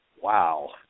Wow